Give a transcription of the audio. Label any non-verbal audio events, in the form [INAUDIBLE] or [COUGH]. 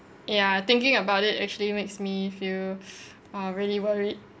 ya thinking about it actually makes me feel [BREATH] uh really worried